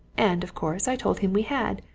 and, of course, i told him we had,